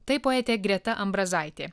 tai poetė greta ambrazaitė